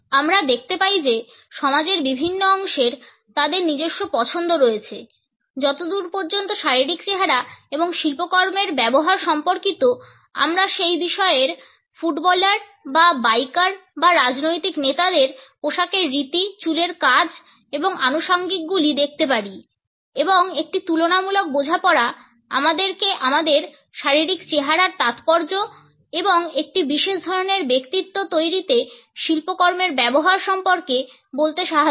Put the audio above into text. আমরা দেখতে পাই যে সমাজের বিভিন্ন অংশের তাদের নিজস্ব পছন্দ রয়েছে যতদূর পর্যন্ত শারীরিক চেহারা এবং শিল্পকর্মের ব্যবহার সম্পর্কিত আমরা সেই বিষয়ে ফুটবলার বা বাইকার বা রাজনৈতিক নেতাদের পোশাকের রীতি চুলের কাজ এবং আনুষাঙ্গিকগুলি দেখতে পারি এবং একটি তুলনামূলক বোঝাপড়া আমাদেরকে আমাদের শারীরিক চেহারার তাৎপর্য এবং একটি বিশেষ ধরনের ব্যক্তিত্ব তৈরিতে শিল্পকর্মের ব্যবহার সম্পর্কে বলতে সাহায্য করে